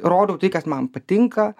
rodau tai kas man patinka